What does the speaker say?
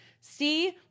see